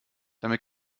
damit